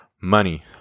money